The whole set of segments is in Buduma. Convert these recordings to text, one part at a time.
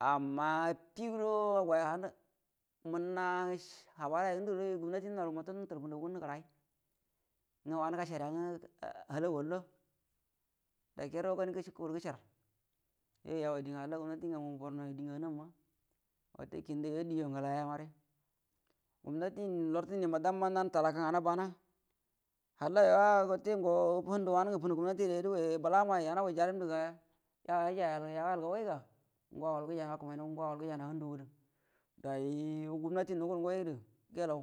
Amma affido agaya nga munua ha baraya rə ngəndərə gumnati nara muto nga nutal funaga nga nng əra nga wanə gasharya nga halaguual do dakalrdo gani kugundu gəshar yoyujaba dingə halla gumnati ngamu borno dingə anamuna wute kində yo dijo ngəlaya mare gumnati lartə ninua damma nau talaka nganə bana hallayo a’a ngo handuwa wanungə funu gumnatire dugaiya bulanai yanagai jahun ndəga yau yajayal yauniyal gagoiga ngo agol gəjai nau a handu gədə dai gumnati nugungai giyalau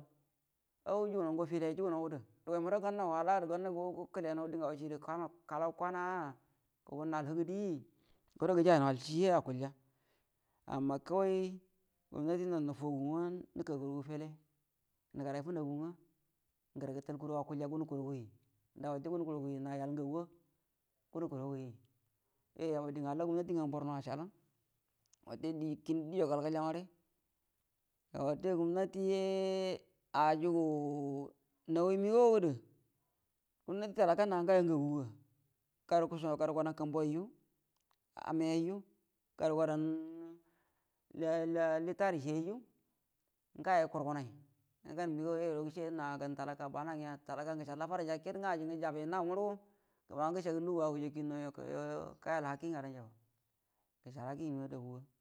an jugunau ngo feleyo jugahaudu dugoida dugoimudo gannau waladu gannau gəkəle gənau di nga goi shidə kalau kwana gugunnau al higədi do gəjainawa halshi h ukulya amma kawai gumnati nol nuf agu nga nəkagərgu fele nəgəran funagu nga ngrə gətal kuragu akalya gunuku ragu hui nda wute gunu kuragu hi ina yal ngaguwa gunu kuragu hi yoyu yaba dingə halla gumnati ngamu borno ashala di-kində diyo kal-kalya mare ga wate gumnati he ajugu nani migo də gumnati talaka na ngayo ngaguga garu-garu gadan kumbu wariju amai yaiju gara gadau lili-litari shiyaiju ngayo kurgunairo gan higa yoyuro gəshe na gan talaka bana nya talaka ngə gəshal dafarauja ked nga na ajingə jabe nau murugo gəma gəshagu luguga au gujakunnauyo yo gayal hakki ngadau jaba gəshal hakki ngə uni gau dabuga.